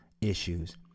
Issues